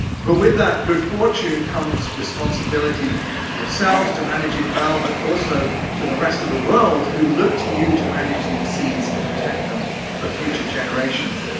but with that good fortune comes responsibility to yourselves to manage it well but also to the rest of the world who look to you to manage these seas, to protect them for future generations.